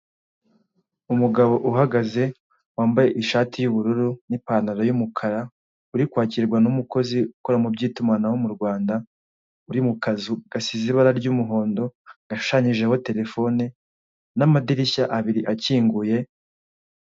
Umugabo uhagaze wambaye ishati y'ubururu n'ipantaro y'umukara uri kwakirwa numukozi ukora mu by'itumanaho mu Rwanda, uri mu kazu gasize ibara ry'umuhondo gashushanyijeho terefone n'amadirishya abiri akinguye.